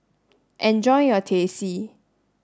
enjoy your Teh C